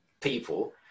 people